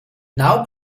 now